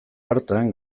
hartan